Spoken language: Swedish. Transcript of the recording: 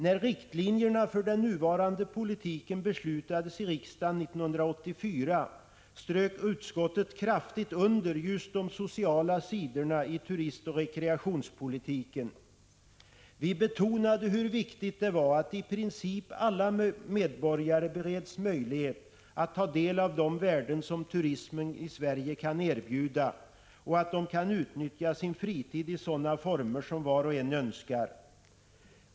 När riktlinjerna för den nuvarande politiken beslutades i riksdagen 1984 underströk utskottet kraftigt just de sociala sidorna av turistoch rekreationspolitiken. Vi betonade hur viktigt det var att i princip alla medborgare bereds möjlighet att ta del av de värden som turismen i Sverige kan erbjuda och att de kan utnyttja sin fritid i sådana former som var och en önskar.